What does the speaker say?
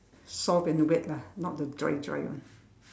soft and wet lah not the dry dry one